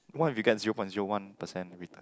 what if we get zero point zero one percent with